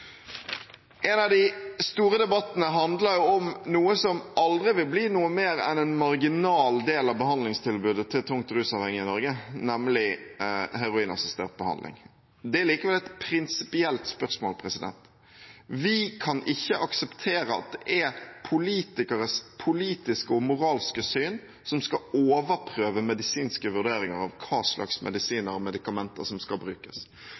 En av de store debattene handler om noe som aldri vil bli noe mer enn en marginal del av behandlingstilbudet til tungt rusavhengige i Norge, nemlig heroinassistert behandling. Det er likevel et prinsipielt spørsmål. Vi kan ikke akseptere at politikeres politiske og moralske syn skal overprøve medisinske vurderinger av hva slags medisiner og medikamenter som skal brukes.